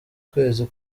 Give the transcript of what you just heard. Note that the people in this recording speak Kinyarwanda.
kwezi